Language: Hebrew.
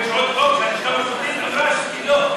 יש עוד חוק שהלשכה המשפטית, לא,